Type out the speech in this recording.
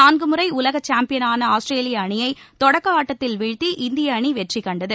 நான்கு முறை உலக சாம்பியளான ஆஸ்திரேலிய அணியை தொடக்க ஆட்டத்தில் வீழ்த்தி இந்திய அணி வெற்றி கண்டது